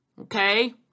Okay